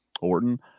Orton